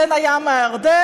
בין הים לירדן,